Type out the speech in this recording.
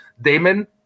Damon